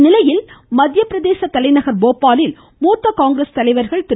இந்நிலையில் மத்திய பிரதேச தலைநகர் போபாலில் மூத்த காங்கிரஸ் தலைவர்கள் திரு